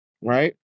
right